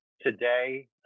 today